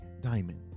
diamond